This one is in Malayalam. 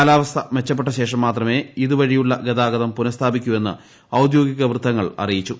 കാലാവസ്ഥ മെച്ചപ്പെട്ട ശ്രേഷ്ട്ര മാത്രമേ ഇതുവഴിയുള്ള ഗതാഗതം പുനസ്ഥാപിക്കൂ എന്ന് ക്കഔദ്യോഗിക വൃത്തങ്ങൾ അറിയിച്ചു